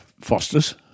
Fosters